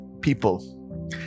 people